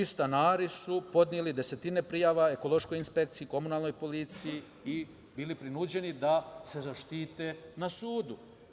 Stanari su podneli desetine prijava ekološkoj inspekciji, komunalnoj policiji i bili prinuđeni da se zaštite na sudu.